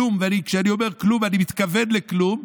כלום, וכשאני אומר כלום אני מתכוון לכלום.